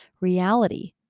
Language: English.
reality